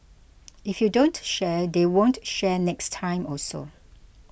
if you don't share they won't share next time also